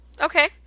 Okay